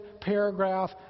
paragraph